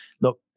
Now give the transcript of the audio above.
look